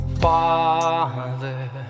Father